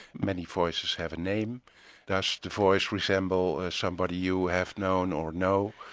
many voices have a name does the voice resemble somebody you have known or know.